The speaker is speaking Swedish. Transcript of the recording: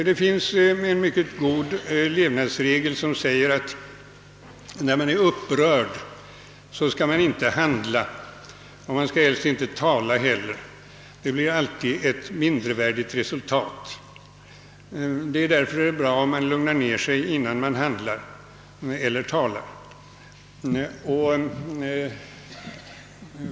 Det finns en mycket god levnadsregel, som säger att när man är upprörd skall man inte handla och helst inte heller tala, ty det blir alltid ett mindervärdigt resultat. Därför är bra om man lugnar ned sig innan man handlar eller talar.